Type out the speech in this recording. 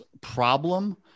problem